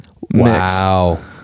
wow